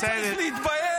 אתה צריך להתבייש.